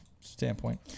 standpoint